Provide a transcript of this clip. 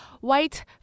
white